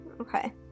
Okay